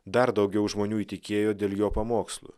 dar daugiau žmonių įtikėjo dėl jo pamokslų